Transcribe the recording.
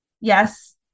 yes